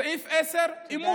סעיף 10: אימות.